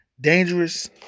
dangerous